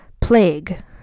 plague